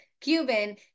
Cuban